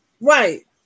Right